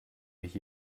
mich